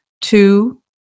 Two